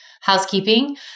Housekeeping